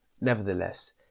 Nevertheless